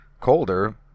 Colder